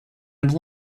and